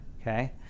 okay